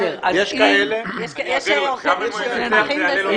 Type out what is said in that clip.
יש עורכי דין שמתמחים זה.